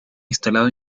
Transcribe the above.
instalado